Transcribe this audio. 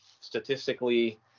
statistically